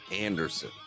Anderson